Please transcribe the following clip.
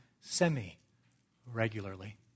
semi-regularly